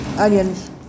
Onions